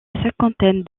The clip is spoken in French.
cinquantaine